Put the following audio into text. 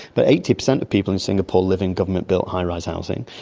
but eighty percent of people in singapore live in government-built high-rise housing.